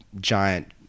giant